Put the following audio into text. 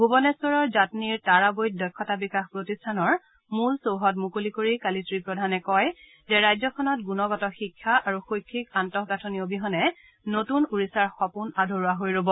ভূৱনেশ্বৰৰ জাটনিৰ তাৰাবৈত দক্ষতা বিকাশ প্ৰতিষ্ঠানৰ মূল চৌহদ মুকলি কৰি কালি শ্ৰী প্ৰধানে কয় যে ৰাজ্যখনত গুণগত শিক্ষা আৰু শৈক্ষিক আন্তঃগাঠনি অবিহনে নতুন ওড়িশাৰ সপোন আধৰুৱা হৈ ৰ'ব